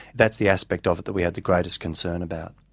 that's the aspect of it that we had the greatest concern about.